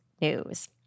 News